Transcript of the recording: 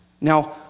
Now